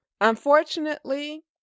Unfortunately